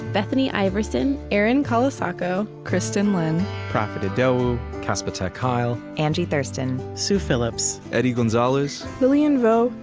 bethany iverson, erin colasacco, kristin lin, profit idowu, casper ter kuile, angie thurston, sue phillips, eddie gonzalez, lilian vo,